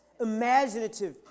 imaginative